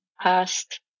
past